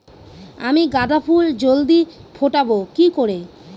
আমি গাঁদা ফুল জলদি ফোটাবো কি করে?